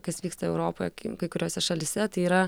kas vyksta europoj kai kuriose šalyse tai yra